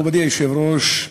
אדוני היושב-ראש,